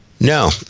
No